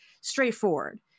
straightforward